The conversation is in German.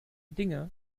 dinge